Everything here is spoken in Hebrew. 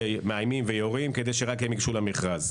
שמאיימים ויורים כדי שרק הם ייגשו למכרז.